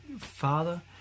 father